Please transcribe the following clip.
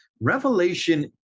revelation